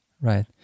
Right